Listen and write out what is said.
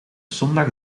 zondag